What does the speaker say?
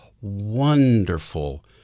wonderful